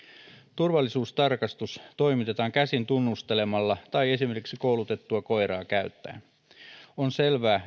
turvallisuustarkastus toimitetaan käsin tunnustelemalla tai esimerkiksi koulutettua koiraa käyttäen on selvää